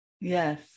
Yes